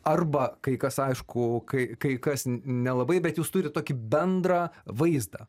arba kai kas aišku kai kai kas nelabai bet jūs turit tokį bendrą vaizdą